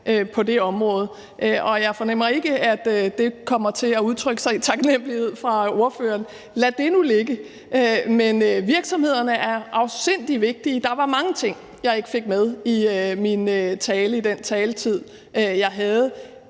Jeg fornemmer ikke, at det kommer til at blive udtrykt i taknemlighed fra ordføreren – lad det nu ligge. Men virksomhederne er afsindig vigtige. Der var mange ting, jeg ikke fik med i min tale i den taletid, jeg havde.